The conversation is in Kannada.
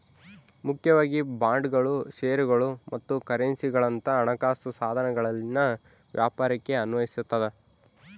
ಮುಖ್ಯವಾಗಿ ಬಾಂಡ್ಗಳು ಷೇರುಗಳು ಮತ್ತು ಕರೆನ್ಸಿಗುಳಂತ ಹಣಕಾಸು ಸಾಧನಗಳಲ್ಲಿನ ವ್ಯಾಪಾರಕ್ಕೆ ಅನ್ವಯಿಸತದ